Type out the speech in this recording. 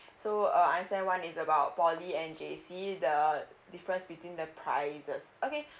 so uh I understand one is about poly and J_C the difference between the prices okay